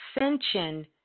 ascension